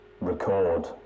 Record